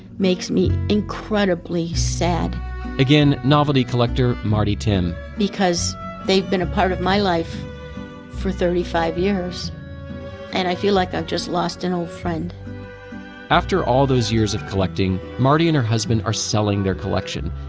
makes me incredibly sad again, novelty collector, mardi timm because they've been a part of my life for thirty five years and i feel like i've just lost an old friend after all those years of collecting, mardi and her husband are selling their collection.